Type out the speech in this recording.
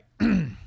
right